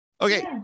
Okay